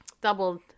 doubled